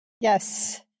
Yes